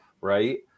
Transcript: right